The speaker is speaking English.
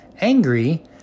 angry